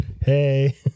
hey